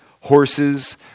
horses